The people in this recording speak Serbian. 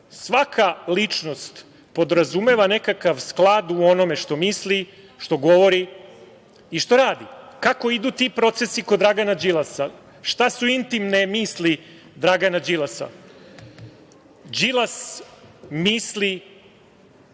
Svaka ličnost podrazumeva nekakav sklad u onome što misli, što govori i što radi. Kako idu ti procesi kod Dragana Đilasa? Šta su intimne misli Dragana Đilasa? Đilas misli